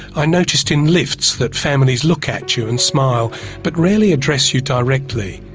i noticed in lifts that families look at you and smile but rarely address you directly.